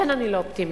לכן אני לא אופטימית,